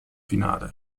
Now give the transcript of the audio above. finale